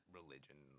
religion